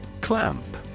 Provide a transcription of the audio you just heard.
CLAMP